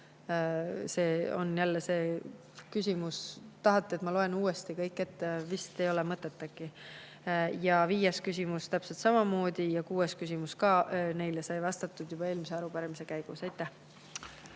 See on seesama küsimus. Kas tahate, et ma loen uuesti kõik ette? Vist ei ole mõtet. Ja viies küsimus täpselt samamoodi ja kuues küsimus ka – neile sai vastatud juba eelmise arupärimise käigus. Aitäh!